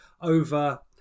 over